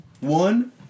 One